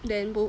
then 不